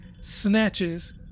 snatches